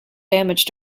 damage